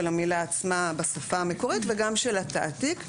המילה עצמה בשפה המקורית וגם של התעתיק,